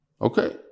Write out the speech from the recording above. Okay